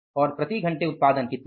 और प्रति घंटे उत्पादन कितना है